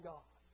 God